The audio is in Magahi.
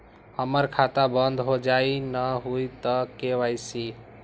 हमर खाता बंद होजाई न हुई त के.वाई.सी?